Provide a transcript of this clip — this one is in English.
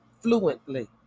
fluently